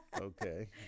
Okay